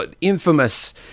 infamous